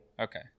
Okay